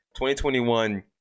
2021